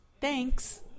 Thanks